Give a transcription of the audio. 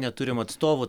neturim atstovo